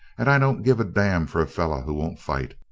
and i don't give a damn for a fellow who won't fight!